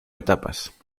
etapas